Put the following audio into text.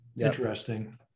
Interesting